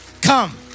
come